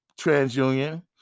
TransUnion